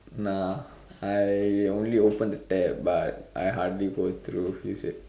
nah I only open the tab but I hardly go through